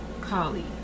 Kali